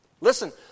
Listen